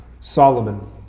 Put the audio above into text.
Solomon